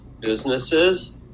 businesses